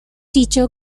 teacher